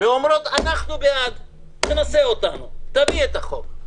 ומתחייבות להיות בעד ואומרות שאביא את החוק.